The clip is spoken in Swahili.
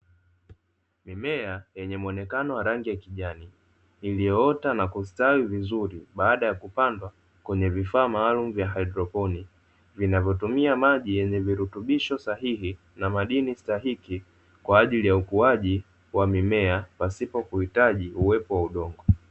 Mimea yenye muonekano wa rangi ya kijani iliyoota na kustawi vizuri baada ya kupandwa kwenye vifaa maalumu vya haidroponi, vinavyotumia maji yenye virutubisho sahihi na madini stahiki kwa ajili ya ukuaji wa mimea pasipo kuhitaji uwepo wa udongo.